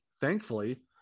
Thankfully